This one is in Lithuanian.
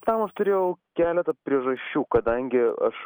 tam aš turėjau keletą priežasčių kadangi aš